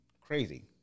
crazy